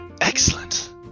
Excellent